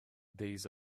these